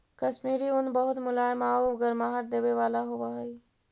कश्मीरी ऊन बहुत मुलायम आउ गर्माहट देवे वाला होवऽ हइ